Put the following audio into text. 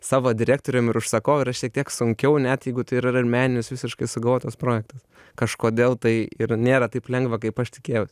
savo direktorium ir užsakovu yra šiek tiek sunkiau net jeigu tai yra ir meninis visiškai sugalvotas projektas kažkodėl tai ir nėra taip lengva kaip aš tikėjaus